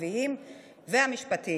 התקציבים והמשפטיים.